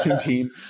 team